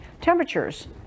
temperatures